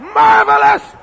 marvelous